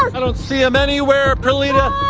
i don't see him anywhere, perlita.